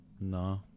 No